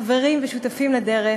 חברים ושותפים לדרך,